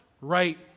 right